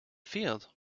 field